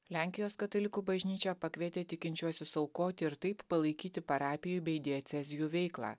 lenkijos katalikų bažnyčia pakvietė tikinčiuosius aukoti ir taip palaikyti parapijų bei diecezijų veiklą